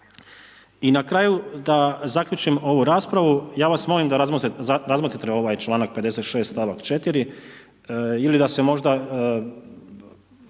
I na kraju da zaključim ovu raspravu, ja vas molim da razmotrite ovaj članak 56. stavak 4. ili da se možda,